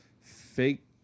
fake